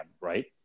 right